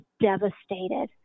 devastated